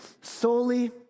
Solely